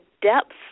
depth